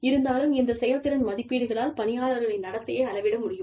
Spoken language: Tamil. இருந்தாலும் இந்த செயல்திறன் மதிப்பீடுகளால் பணியாளர்களின் நடத்தையை அளவிட முடியும்